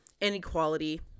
inequality